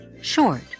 short